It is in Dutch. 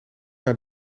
naar